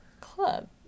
Club